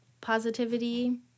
positivity